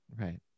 Right